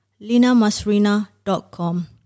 linamasrina.com